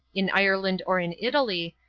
in ireland or in italy,